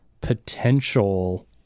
potential